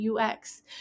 UX